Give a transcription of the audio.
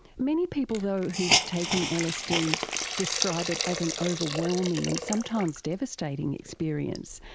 many people though who've taken lsd describe it as an overwhelming and sometimes devastating experience.